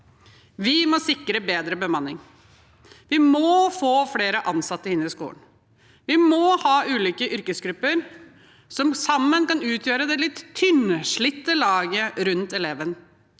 Vi må sikre bedre bemanning. Vi må få flere ansatte inn i skolen. Vi må ha ulike yrkesgrupper som sammen kan utgjøre det litt tynnslitte laget rundt eleven.